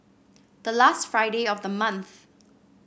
the last Friday of the month